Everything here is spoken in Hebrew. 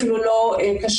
אפילו לא קשה.